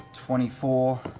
twenty four.